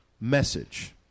message